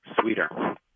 sweeter